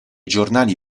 giornali